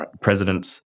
presidents